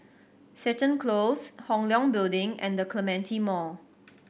Seton Close Hong Leong Building and The Clementi Mall